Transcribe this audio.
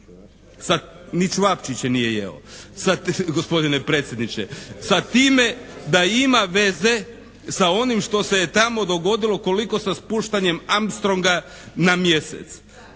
Ni ćevapčiće nije jeo. Sad gospodine predsjedniče, sa time da ima veze sa onim što se je tamo dogodilo koliko sa spuštanjem Armstronga na Mjesec.